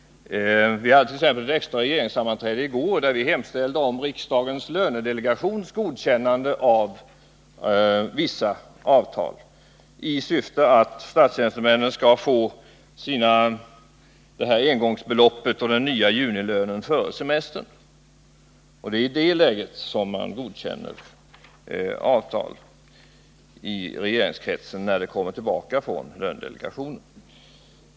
Vi hade t.ex. extra regeringssammanträde i går där vi hemställde om riksdagens lönedelegations godkännande av vissa avtal i syfte att statstjänstemännen skall få det överenskomna engångsbeloppet och den nya junilönen före semestern. Det är i det läget avtal godkänns i regeringskretsen, nämligen då de kommer tillbaka från lönedelegationen.